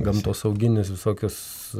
gamtosauginius visokius